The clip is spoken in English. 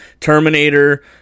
Terminator